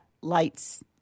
Lights